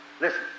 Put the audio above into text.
Listen